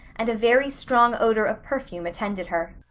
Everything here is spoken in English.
and a very strong odor of perfume attended her.